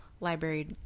library